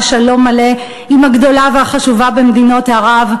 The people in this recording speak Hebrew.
שלום מלא עם הגדולה והחשובה במדינות ערב,